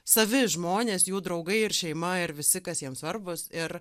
savi žmonės jų draugai ir šeima ir visi kas jiems svarbus ir